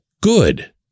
good